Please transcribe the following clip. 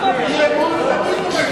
אתה ממלכתי.